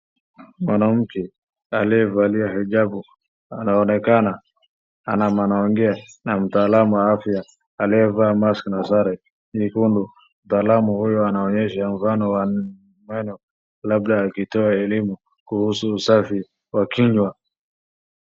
Mwanamke aliyevalia ajabu anaonekana anaongea na mtaalamu wa afya aliyevaa mask na sare nyekundu. Mtaalamu huyu anaonyesha mfano wa dakitari wa meno labda akitoa elimu kuhusu usafi wa kinywa.